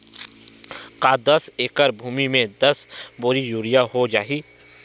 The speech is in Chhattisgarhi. का दस एकड़ भुमि में दस बोरी यूरिया हो जाही?